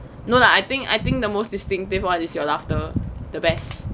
no lah I think I think the most distinctive one is your laughter the best